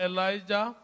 Elijah